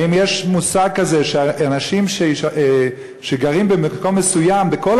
האם יש מושג כזה שאנשים שגרים במקום מסוים בכל